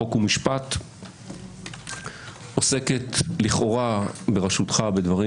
חוק ומשפט עוסקת לכאורה בראשותך בדברים